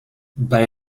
bij